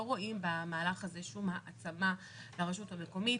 לא רואים במהלך הזה שום העצמה לרשות המקומית.